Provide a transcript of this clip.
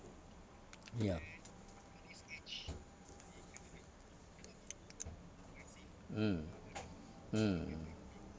ya mm mm